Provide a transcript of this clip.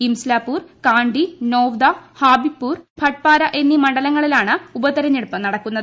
ഇംസ്ലാംപൂർ കാണ്ടി നോവ്ദ ഹാബിബ്പൂർ ഭട്ട്പാര എന്നീ മണ്ഡലങ്ങളിലാണ് ഉപ്പതെരഞ്ഞെടുപ്പ് നടക്കുന്നത്